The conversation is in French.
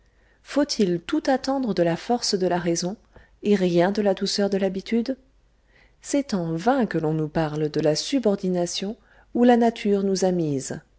faut-il tout attendre de la force de la raison et rien de la douceur de l'habitude c'est en vain que l'on nous parle de la subordination où la nature nous a mises